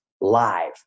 live